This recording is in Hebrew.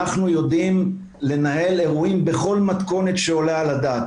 אנחנו יודעים לנהל אירועים בכל מתכונת שעולה על הדעת,